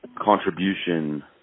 contribution